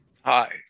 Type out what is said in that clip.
Hi